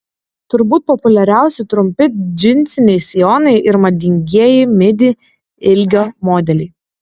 turbūt populiariausi trumpi džinsiniai sijonai ir madingieji midi ilgio modeliai